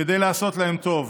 כדי לעשות להם טוב,